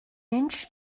inch